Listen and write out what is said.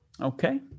Okay